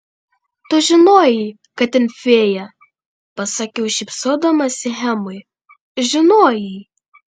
tu žinojai kad ten fėja pasakiau šypsodamasi hemui žinojai